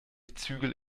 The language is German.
zügel